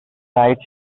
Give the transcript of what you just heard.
night